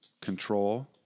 control